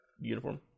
uniform